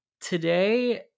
Today